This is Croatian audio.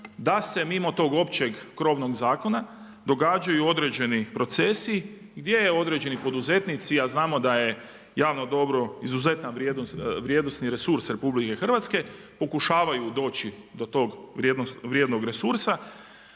da se mimo tog općeg krovnog zakona događaju određeni procesi gdje određeni poduzetnici, a znamo da je javno dobro izuzetan vrijednosni resurs RH, pokušavaju doći do toga vrijednog resursa,